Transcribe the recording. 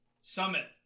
Summit